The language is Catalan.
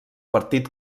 partit